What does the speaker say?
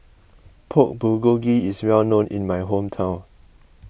Pork Bulgogi is well known in my hometown